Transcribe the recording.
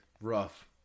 Rough